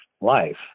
life